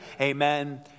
amen